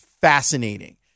Fascinating